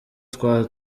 twa